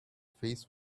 face